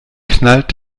knallt